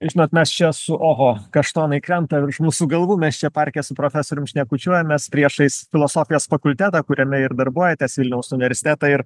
žinot mes čia su oho kaštonai krenta virš mūsų galvų mes čia parke su profesorium šnekučiuojamės priešais filosofijos fakultetą kuriame ir darbuojatės vilniaus universitetą ir